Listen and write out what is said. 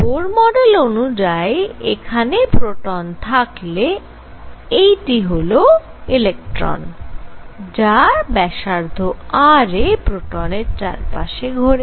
বোরের model অনুযায়ী এখানে proton থাকলে এটি হল ইলেক্ট্রন যা ব্যাসার্ধ r এ প্রোটনের চারপাশে ঘোরে